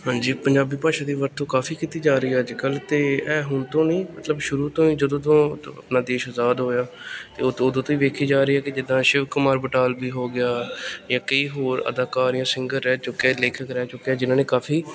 ਹਾਂਜੀ ਪੰਜਾਬੀ ਭਾਸ਼ਾ ਦੀ ਵਰਤੋਂ ਕਾਫ਼ੀ ਕੀਤੀ ਜਾ ਰਹੀ ਹੈ ਅੱਜ ਕੱਲ੍ਹ ਤਾਂ ਇਹ ਹੁਣ ਤੋਂ ਨਹੀਂ ਮਤਲਬ ਸ਼ੁਰੂ ਤੋਂ ਹੀ ਜਦੋਂ ਤੋਂ ਮਤਲਬ ਆਪਣਾ ਦੇਸ਼ ਅਜ਼ਾਦ ਹੋਇਆ ਅਤੇ ਉਦੋਂ ਉਦੋਂ ਤੋਂ ਹੀ ਵੇਖੀ ਜਾ ਰਹੀ ਹੈ ਕਿ ਜਿੱਦਾਂ ਸ਼ਿਵ ਕੁਮਾਰ ਬਟਾਲਵੀ ਹੋ ਗਿਆ ਜਾਂ ਕਈ ਹੋਰ ਅਦਾਕਾਰ ਜਾਂ ਸਿੰਗਰ ਰਹਿ ਚੁੱਕੇ ਲੇਖਕ ਰਹਿ ਚੁੱਕੇ ਜਿਹਨਾਂ ਨੇ ਕਾਫ਼ੀ